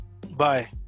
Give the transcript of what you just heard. Bye